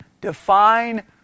Define